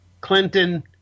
Clinton